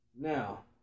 Now